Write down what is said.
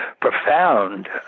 profound